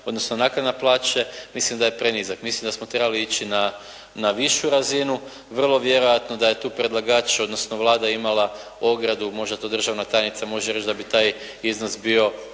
odnosno naknada plaće mislim da je prenizak. Mislim da smo trebali ići na višu razinu. Vrlo vjerojatno da je tu predlagač odnosno Vlada imala ogradu, možda to državna tajnica može reći da bi taj iznos bio